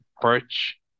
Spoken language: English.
perch